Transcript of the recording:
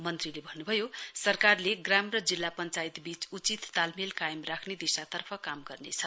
मन्त्रीले भन्नुभयो सरकारले ग्राम र जिल्ला पञ्चायतवीच उचित तालमेल कायम राख्ने दिशातर्फ काम गर्नेछ